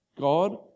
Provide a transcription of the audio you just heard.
God